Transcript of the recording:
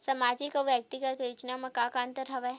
सामाजिक अउ व्यक्तिगत योजना म का का अंतर हवय?